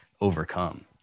overcome